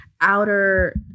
outer